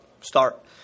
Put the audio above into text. Start